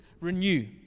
renew